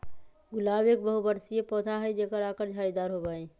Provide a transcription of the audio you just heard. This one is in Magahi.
गुलाब एक बहुबर्षीय पौधा हई जेकर आकर झाड़ीदार होबा हई